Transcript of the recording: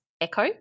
ECHO